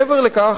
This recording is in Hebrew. מעבר לכך,